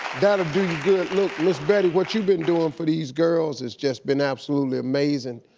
that'll do you good. look, miss betty, what you've been doing for these girls, it's just been absolutely amazing,